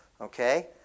Okay